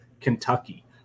Kentucky